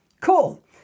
cool